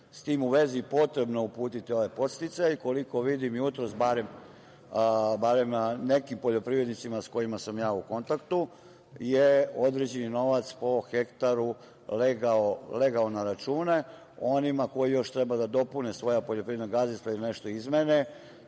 tim u vezi, potrebno je uputiti ovaj podsticaj. Koliko vidim jutros, barem nekim poljoprivrednicima, s kojima sam u kontaktu, određeni novac po hektaru je legao na račune. Onima koji još treba da dopune svoja poljoprivredna gazdinstva ili nešto izmene,